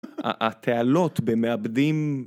התעלות במעבדים